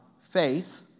faith